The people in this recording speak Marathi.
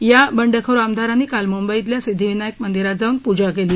या बांधखोर आमदारांनी काल मुंबईतल्या सिद्धिविनायक मंदिरात जाऊन पूजा केली